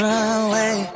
Runway